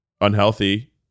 unhealthy